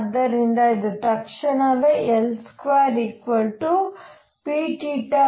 ಆದ್ದರಿಂದ ಇದು ತಕ್ಷಣವೇ L2p2p2